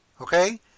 Okay